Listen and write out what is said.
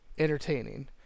entertaining